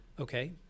okay